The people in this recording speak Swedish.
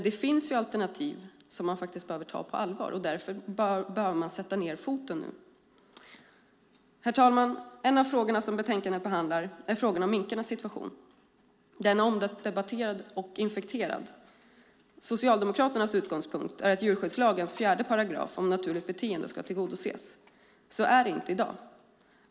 Det finns alternativ som man faktiskt behöver ta på allvar, och därför bör man nu sätta ned foten. Herr talman! En av frågorna som behandlas i betänkandet gäller minkarnas situation. Den är omdebatterad och infekterad. Socialdemokraternas utgångspunkt är att djurskyddslagens 4 § om naturligt beteende ska tillgodoses. Så är det inte i dag.